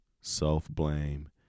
self-blame